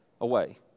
away